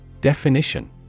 Definition